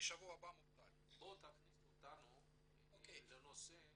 תכניס אותנו לנושא,